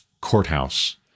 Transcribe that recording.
courthouse